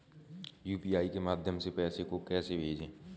UPI के माध्यम से पैसे को कैसे भेजें?